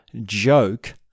joke